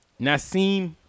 Nassim